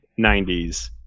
90s